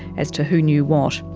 as to who knew what.